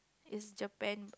is Japan